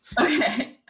okay